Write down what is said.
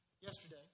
yesterday